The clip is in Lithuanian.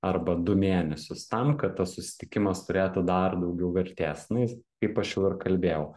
arba du mėnesius tam kad tas susitikimas turėtų dar daugiau vertės na jis kaip aš jau ir kalbėjau